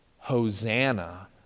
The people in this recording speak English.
Hosanna